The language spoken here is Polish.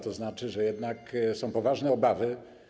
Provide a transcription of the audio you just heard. To znaczy, że jednak są poważne obawy.